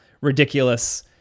ridiculous